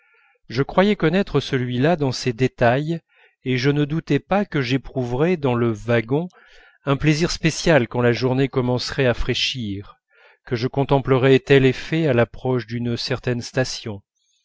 je croyais connaître celui-là dans ses détails et je ne doutais pas que j'éprouverais dans le wagon un plaisir spécial quand la journée commencerait à fraîchir que je contemplerais tel effet à l'approche d'une certaine station